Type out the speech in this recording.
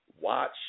watch